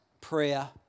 prayer